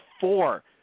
four